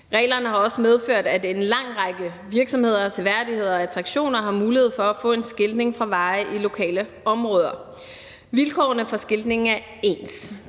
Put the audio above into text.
Reglerne har også medført, at en lang række virksomheder og seværdigheder og attraktioner har mulighed for at få en skiltning fra veje i lokale områder. Vilkårene for skiltning er ens,